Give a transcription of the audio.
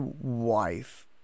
wife